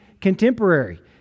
Contemporary